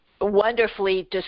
wonderfully